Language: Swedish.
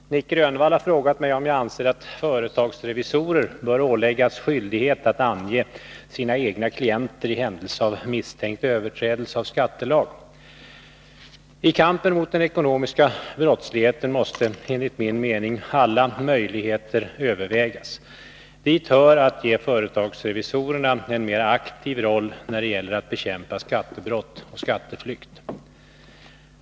Herr talman! Nic Grönvall har frågat mig om jag anser att företagsrevisorer bör åläggas skyldighet att ange sina egna klienter i händelse av misstänkt överträdelse av skattelag. I kampen mot den ekonomiska brottsligheten måste enligt min mening alla möjligheter övervägas. Dit hör att ge företagsrevisorerna en mera aktiv roll när det gäller att bekämpa skattebrott och skatteflykt.